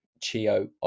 Chio